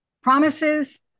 promises